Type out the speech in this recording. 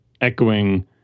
echoing